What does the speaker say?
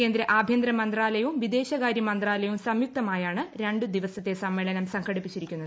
കേന്ദ്ര ആഭ്യന്തര മന്ത്രാലയവും വിദേശ കാര്യ മന്ത്രാലയവും സംയുക്തമായാണ് രണ്ടു ദിവസത്തെ സമ്മേളനം സംഘടിപ്പിച്ചിരിക്കുന്നത്